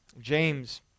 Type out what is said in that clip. James